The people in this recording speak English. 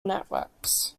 networks